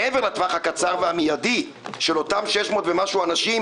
מעבר לטווח הקצר והמיידי של אותם 600 ומשהו אנשים,